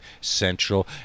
central